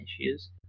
issues